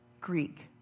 Greek